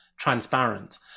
Transparent